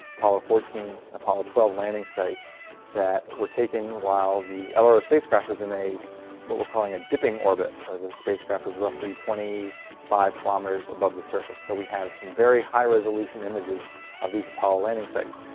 apollo fourteen, and apollo twelve landing sites that were taken while the lro spacecraft was in a what we're calling a dipping orbit, where the spacecraft was roughly twenty five kilometers above the surface. so we have some very high resolution images of these apollo landing sites.